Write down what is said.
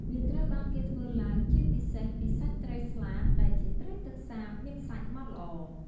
វាត្រូវបានគេធ្វើឡើងជាពិសេសពីសាច់ត្រីស្លាត ដែលជាត្រីទឹកសាបមានសាច់ម៉ដ្ឋល្អ។